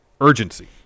urgency